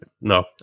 no